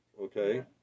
okay